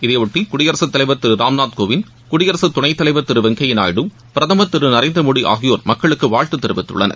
இதையொட்டி குடியரசுத் தலைவர் திரு ராம்நாத் கோவிந்த் குடியரசு துணைத் தலைவர் திரு வெங்கப்யா நாயுடு பிரதமர் திரு நரேந்திர மோடி ஆகியோர் மக்களுக்கு வாழ்த்து தெரிவித்துள்ளனர்